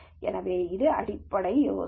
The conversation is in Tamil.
எனவே இது அடிப்படை யோசனை